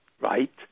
right